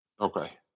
Okay